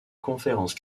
conférence